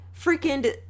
freaking